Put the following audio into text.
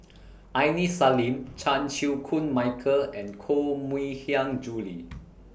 Aini Salim Chan Chew Koon Michael and Koh Mui Hiang Julie